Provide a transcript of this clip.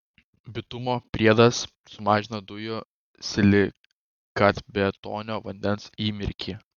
bitumo priedas sumažina dujų silikatbetonio vandens įmirkį